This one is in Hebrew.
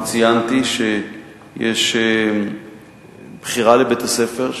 ציינתי שיש בחירה לבית-הספר,